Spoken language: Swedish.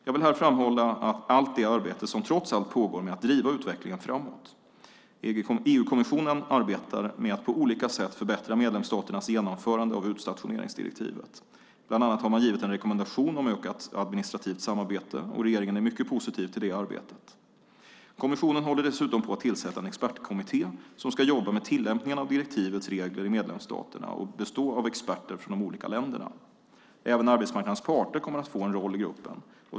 Jag vill här framhålla allt det arbete som trots allt pågår med att driva utvecklingen framåt. EU-kommissionen arbetar med att på olika sätt förbättra medlemsstaternas genomförande av utstationeringsdirektivet. Bland annat har man givit en rekommendation om ökat administrativt samarbete, och regeringen är mycket positiv till det arbetet. Kommissionen håller dessutom på att tillsätta en expertkommitté som ska jobba med tillämpningen av direktivets regler i medlemsstaterna och bestå av experter från de olika länderna. Även arbetsmarknadens parter kommer att få en roll i gruppen.